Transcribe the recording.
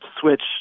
switch